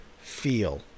feel